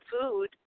food